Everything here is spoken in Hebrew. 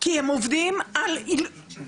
כי הם עובדים עם סוג של,